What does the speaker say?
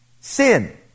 sin